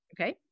Okay